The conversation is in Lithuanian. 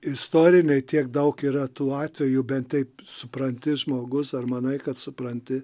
istoriniai tiek daug yra tų atvejų bent taip supranti žmogus ar manai kad supranti